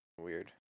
Weird